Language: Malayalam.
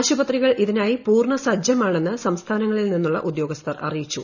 ആശുപത്രികൾ ഇതിനായി പൂർണ്ണസജ്ജമാണെന്ന് സംസ്ഥാനങ്ങളിൽ നിന്നുള്ള ഉദ്യോഗസ്ഥർ അറിയിച്ചു